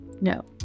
No